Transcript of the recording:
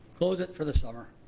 close it for the summer.